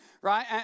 right